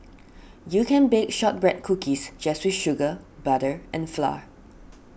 you can bake Shortbread Cookies just with sugar butter and flour